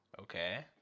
Okay